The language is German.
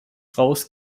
raus